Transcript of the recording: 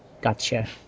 Gotcha